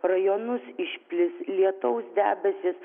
rajonus išplis lietaus debesys